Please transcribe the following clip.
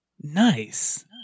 Nice